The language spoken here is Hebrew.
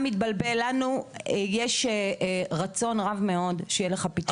לנו יש רצון רב מאוד שיהיה לך ביטחון בעיר שלך,